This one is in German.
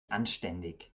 anständig